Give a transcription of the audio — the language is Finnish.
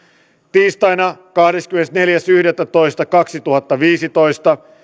tiistaina kahdeskymmenesneljäs yhdettätoista kaksituhattaviisitoista